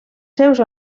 seus